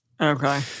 okay